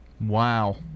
Wow